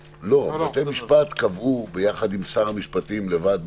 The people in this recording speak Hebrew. בתי-המשפט קבעו ביחד עם שר המשפטים לבד,